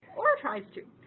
or tries to.